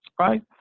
right